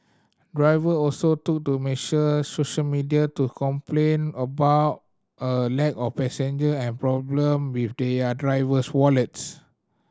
driver also took to make sure social media to complain about a lack of passenger and problem with their driver's wallets